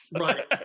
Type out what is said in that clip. Right